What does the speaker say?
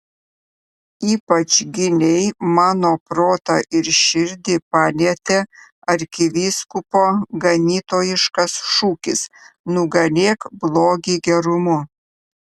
ypač giliai mano protą ir širdį palietė arkivyskupo ganytojiškas šūkis nugalėk blogį gerumu